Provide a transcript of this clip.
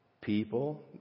People